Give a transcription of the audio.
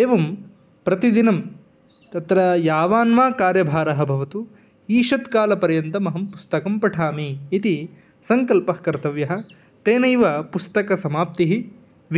एवं प्रतिदिनं तत्र यावान् वा कार्यभारः भवतु ईषत्कालपर्यन्तमहं पुस्तकं पठामि इति सङ्कल्पः कर्तव्यः तेनैव पुस्तकसमाप्तिः